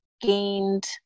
gained